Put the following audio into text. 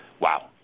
Wow